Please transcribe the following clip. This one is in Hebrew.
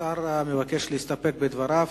השר מבקש להסתפק בדבריו.